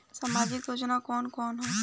सामाजिक योजना कवन कवन ह?